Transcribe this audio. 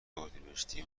اردیبهشتی